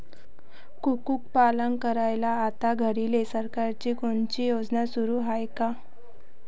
कुक्कुटपालन करायले आता घडीले सरकारची कोनची योजना सुरू हाये का?